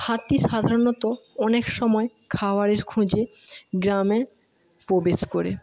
হাতি সাধারণত অনেক সময় খাবারের খোঁজে গ্রামে প্রবেশ করে